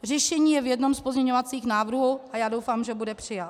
Řešení je v jednom z pozměňovacích návrhů a já doufám, že bude přijat.